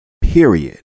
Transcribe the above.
period